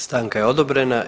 Stanka je odobrena.